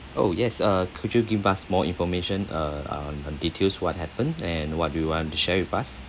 oh yes uh could you give us more information uh um details what happened and what do you want to share with us